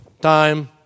Time